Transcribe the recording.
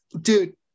Dude